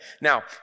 Now